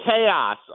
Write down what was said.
chaos